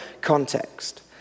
context